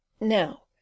now